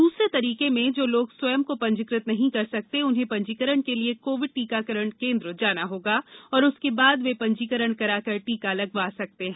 दूसरा तरीके में जो लोग स्वयं को पंजीकृत नहीं कर सकते उन्हें पंजीकरण के लिए कोविड टीकाकरण केंद्र जाना होगा और उसके बाद वे पंजीकरण कराकर टीका लगवा सकते हैं